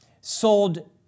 sold